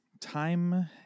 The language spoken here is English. Time